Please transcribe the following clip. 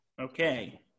Okay